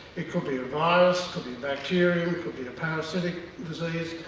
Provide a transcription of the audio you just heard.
it could be a virus, could be bacteria, could be a parasitic disease,